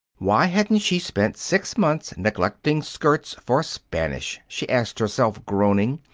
why hadn't she spent six months neglecting skirts for spanish? she asked herself, groaning.